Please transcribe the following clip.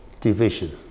division